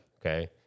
Okay